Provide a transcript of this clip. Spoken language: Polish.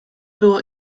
było